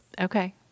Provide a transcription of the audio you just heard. Okay